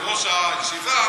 יושב-ראש הישיבה,